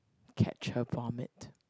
catch her vomit